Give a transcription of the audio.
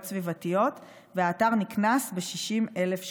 סביבתיות והאתר נקנס ב-600,000 שקלים.